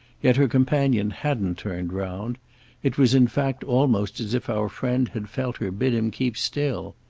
yet her companion hadn't turned round it was in fact almost as if our friend had felt her bid him keep still.